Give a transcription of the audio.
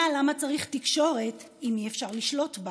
למה צריך תקשורת אם אי-אפשר לשלוט בה,